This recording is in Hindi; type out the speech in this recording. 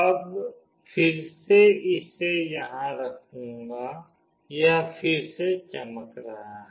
अब फिर से इसे यहाँ रखूँगी यह फिर से चमक रही है